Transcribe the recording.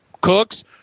Cooks